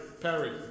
perry